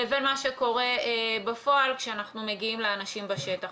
לבין מה שקורה בפועל כשאנחנו מגיעים לאנשים בשטחה.